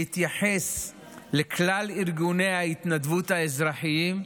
להתייחס לכלל ארגוני ההתנדבות האזרחיים,